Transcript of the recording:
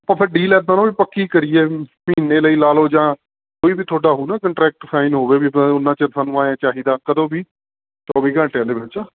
ਓ ਫਿਰ ਡੀਲ ਇੱਦਾਂ ਨਾ ਵੀ ਪੱਕੀ ਕਰੀਏ ਮਹੀਨੇ ਲਈ ਲਾ ਲਓ ਜਾਂ ਕੋਈ ਵੀ ਤੁਹਾਡਾ ਕੋਂਟ੍ਰੈਕਟ ਸਾਈਨ ਹੋਵੇ ਵੀ ਆਪਾਂ ਓਨਾ ਚਿਰ ਸਾਨੂੰ ਐਏਂ ਚਾਹੀਦਾ ਕਦੋਂ ਵੀ ਚੌਵੀ ਘੰਟਿਆਂ ਦੇ ਵਿੱਚ